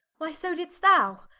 why so didst thou.